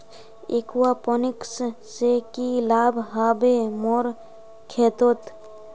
aquaponics से की लाभ ह बे मोर खेतोंत